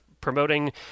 promoting